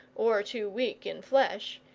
or too weak in flesh,